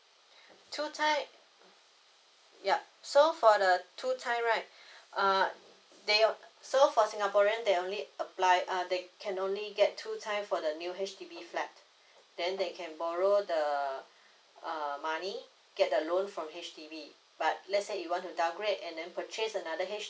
two time yup so for the two time right err so for singaporean they only apply uh they can only get two time for the new H_D_B flat then they can borrow the uh money get then loan from H_D_B but let's say you want to downgrade and then purchase another